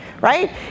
right